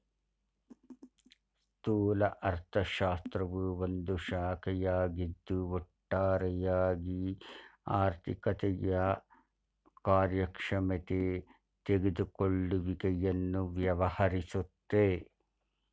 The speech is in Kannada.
ಸ್ಥೂಲ ಅರ್ಥಶಾಸ್ತ್ರವು ಒಂದು ಶಾಖೆಯಾಗಿದ್ದು ಒಟ್ಟಾರೆಯಾಗಿ ಆರ್ಥಿಕತೆಯ ಕಾರ್ಯಕ್ಷಮತೆ ತೆಗೆದುಕೊಳ್ಳುವಿಕೆಯನ್ನು ವ್ಯವಹರಿಸುತ್ತೆ